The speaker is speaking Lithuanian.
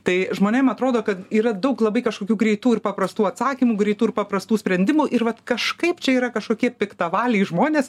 tai žmonėm atrodo kad yra daug labai kažkokių greitų ir paprastų atsakymų greitų ir paprastų sprendimų ir vat kažkaip čia yra kažkokie piktavaliai žmonės